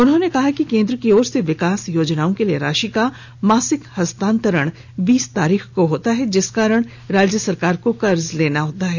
उन्होंने कहा कि केंद्र की ओर से विकास योजनाओं के लिए राशि का मासिक हस्तांरिण बीस तारीख को होता है जिसके कारण राज्य सरकार को कर्ज लेना पड़ता है